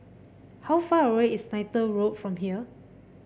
how far away is Neythal Road from here